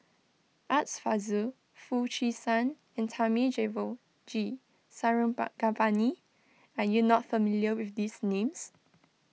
Art Fazil Foo Chee San and Thamizhavel G are you not familiar with these names